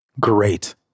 Great